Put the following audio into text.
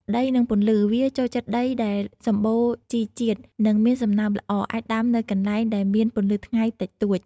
ដី និងពន្លឺ វាចូលចិត្តដីដែលសំបូរជីជាតិ និងមានសំណើមល្អ អាចដាំនៅកន្លែងដែលមានពន្លឺថ្ងៃតិចតួច ។